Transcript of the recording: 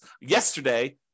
yesterday